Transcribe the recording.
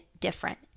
different